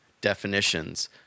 definitions